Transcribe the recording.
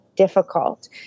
Difficult